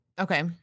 Okay